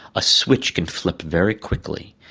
a switch can flip very quickly.